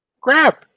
Grab